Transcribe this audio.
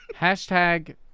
Hashtag